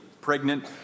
pregnant